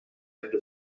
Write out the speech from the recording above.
into